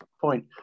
point